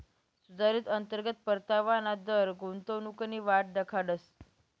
सुधारित अंतर्गत परतावाना दर गुंतवणूकनी वाट दखाडस